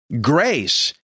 grace